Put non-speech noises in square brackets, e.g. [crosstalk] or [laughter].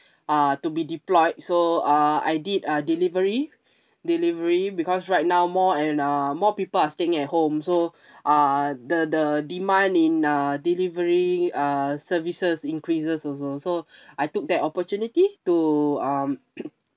uh to be deployed so uh I did uh delivery delivery because right now more and uh more people are staying at home so [breath] uh the the demand in a delivery uh services increases also so [breath] I took that opportunity to um [noise]